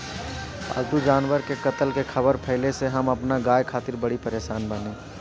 पाल्तु जानवर के कत्ल के ख़बर फैले से हम अपना गाय खातिर बड़ी परेशान बानी